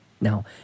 Now